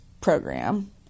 program